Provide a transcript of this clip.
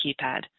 keypad